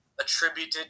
attributed